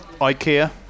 IKEA